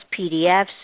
PDFs